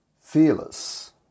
fearless